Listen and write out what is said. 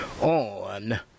on